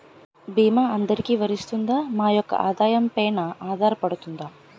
భీమా అందరికీ వరిస్తుందా? మా యెక్క ఆదాయం పెన ఆధారపడుతుందా?